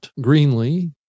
Greenly